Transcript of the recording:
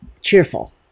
Cheerful